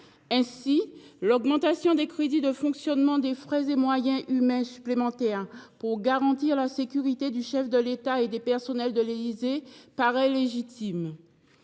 Ainsi, l’augmentation des crédits de fonctionnement, soit des frais et moyens humains supplémentaires pour garantir la sécurité du chef de l’État et des personnels de l’Élysée, paraît légitime.